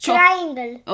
Triangle